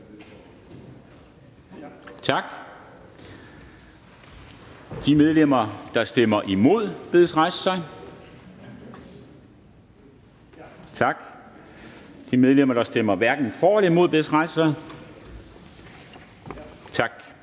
Tak. De medlemmer, der stemmer imod, bedes rejse sig. Tak. De medlemmer, der stemmer hverken for eller imod, bedes rejse sig. Tak.